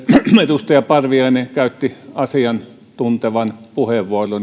edustaja parviainen käytti asiantuntevan puheenvuoron